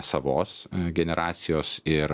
savos generacijos ir